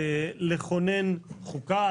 לכונן חוקה,